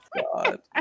God